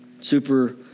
Super